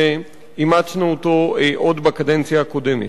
שאימצנו אותו עוד בקדנציה הקודמת.